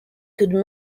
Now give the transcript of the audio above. could